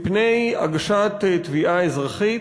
בדרך להגשת תביעה אזרחית.